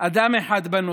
אדם אחד בנושא: